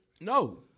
No